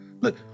Look